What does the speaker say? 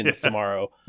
tomorrow